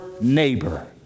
neighbor